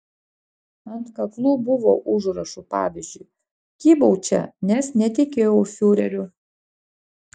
ant kaklų buvo užrašų pavyzdžiui kybau čia nes netikėjau fiureriu